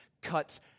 cuts